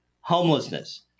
homelessness